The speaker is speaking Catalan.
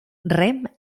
rem